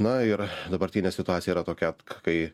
na ir dabartinė situacija yra tokia kai